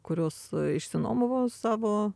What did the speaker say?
kurios išsinuomavo savo